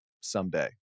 someday